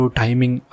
timing